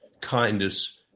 kindness